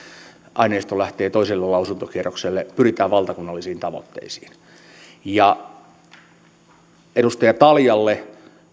aineisto lähtee toiselle lausuntokierrokselle pyritään valtakunnallisiin tavoitteisiin edustaja taljalle